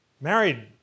married